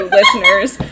listeners